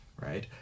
right